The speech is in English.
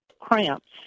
cramps